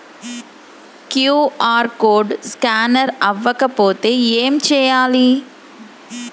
QR code scanner అవ్వకపోతే ఏం చేయాలి?